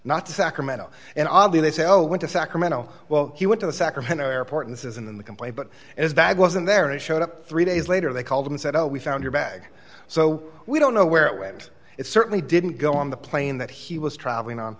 not sacramento and oddly they say oh went to sacramento well he went to the sacramento airport and this is in the complaint but as dad wasn't there and showed up three days later they called him and said oh we found your bag so we don't know where it went it certainly didn't go on the plane that he was traveling on